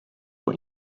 your